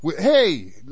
hey